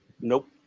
Nope